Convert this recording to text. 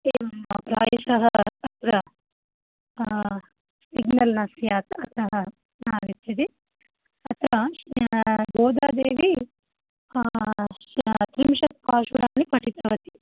एवं प्रायशः अत्र सिग्नल् नास्ति अत्र न आगच्छति तत्र गोदादेवी त्रिंशत् पाशुराणि पठितवती